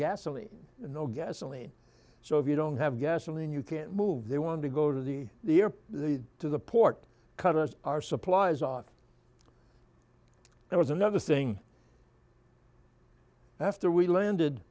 gasoline no gasoline so if you don't have gasoline you can't move they want to go to the the air the to the port cut us our supplies off it was another thing after we landed